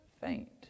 faint